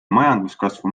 majanduskasvu